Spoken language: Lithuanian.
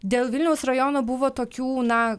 dėl vilniaus rajono buvo tokių na